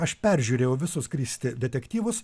aš peržiūrėjau visus kristi detektyvus